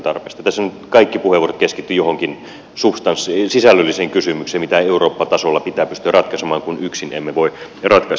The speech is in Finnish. tässä nyt kaikki puheenvuorot keskittyivät joihinkin sisällöllisiin kysymyksiin mitä eurooppa tasolla pitää pystyä ratkaisemaan kun yksin emme voi niitä ratkaista